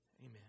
Amen